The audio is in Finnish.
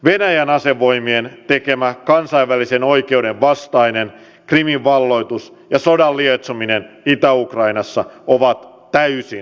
venäjän asevoimien tekemä kansainvälisen oikeuden vastainen krimin valloitus ja sodan lietsominen itä ukrainassa ovat täysin tuomittavia